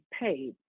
paid